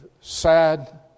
sad